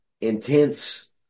intense